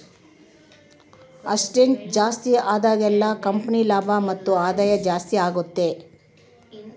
asset ಜಾಸ್ತಿ ಆದಾಗೆಲ್ಲ company ಲಾಭ ಮತ್ತು ಆದಾಯ ಜಾಸ್ತಿ ಆಗುತ್ತೆ